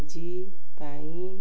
ଭୋଜି ପାଇଁ